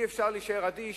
אי-אפשר להישאר אדיש,